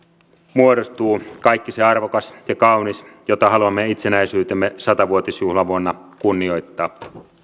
muodostuu kaikki se arvokas ja kaunis jota haluamme itsenäisyytemme sata vuotisjuhlavuonna kunnioittaa